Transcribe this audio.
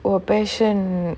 your passion